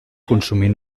consumir